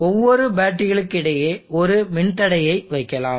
ஒவ்வொரு பேட்டரிகளுக்கு இடையே ஒரு மின்தடையை வைக்கலாம்